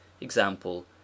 example